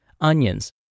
onions